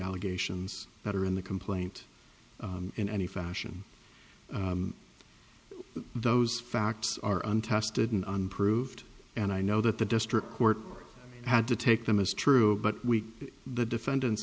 allegations that are in the complaint in any fashion but those facts are untested and unproved and i know that the district court had to take them as true but we the defendant